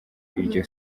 iryo